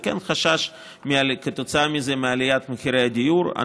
וכן חשש מעליית מחירי הדיור כתוצאה מזה.